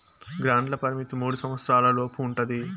గ్రాంట్ల పరిమితి మూడు సంవచ్చరాల లోపు ఉంటది